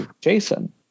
Jason